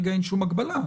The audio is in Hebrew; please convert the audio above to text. ההסמכה.